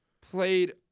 played